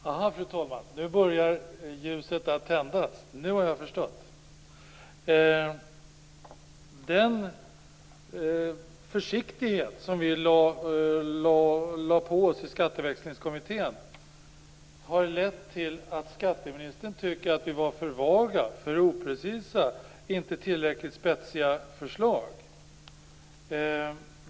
Fru talman! Aha, nu börjar ljuset tändas. Nu har jag förstått. Den försiktighet som vi lade oss vinn om i Skatteväxlingskommittén har lett till att skatteministern tycker att vi var för vaga, för oprecisa och inte lade fram tillräckligt spetsiga förslag.